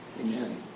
Amen